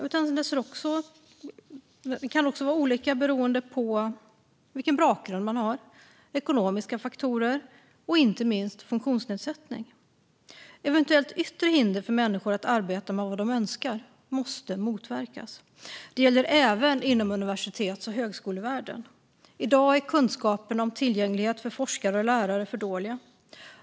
Möjligheterna kan också vara olika beroende på vilken bakgrund man har, beroende på ekonomiska faktorer och inte minst beroende på funktionsnedsättning. Eventuella yttre hinder för människor att arbeta med vad de önskar måste motverkas. Det gäller även inom universitets och högskolevärlden. I dag är kunskaperna om tillgänglighet för forskare och lärare för dåliga.